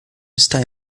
está